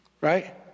Right